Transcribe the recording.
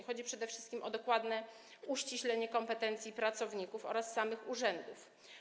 Chodzi przede wszystkim o dokładne uściślenie kompetencji pracowników oraz samych urzędów.